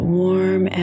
warm